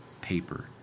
paper